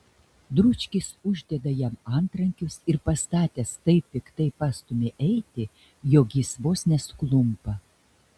dručkis uždeda jam antrankius ir pastatęs taip piktai pastumia eiti jog jis vos nesuklumpa